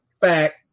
fact